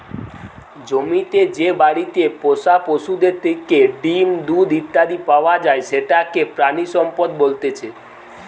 জমিতে যে বাড়িতে পোষা পশুদের থেকে ডিম, দুধ ইত্যাদি পাওয়া যায় সেটাকে প্রাণিসম্পদ বলতেছে